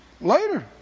later